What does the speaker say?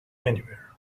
anywhere